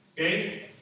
Okay